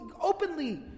openly